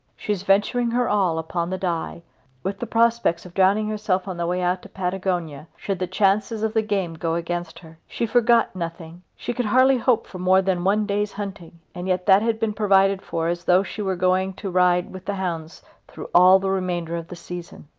she was venturing her all upon the die with the prospect of drowning herself on the way out to patagonia should the chances of the game go against her. she forgot nothing. she could hardly hope for more than one day's hunting and yet that had been provided for as though she were going to ride with the hounds through all the remainder of the season.